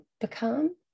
become